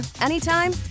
anytime